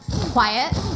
Quiet